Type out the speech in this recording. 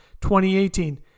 2018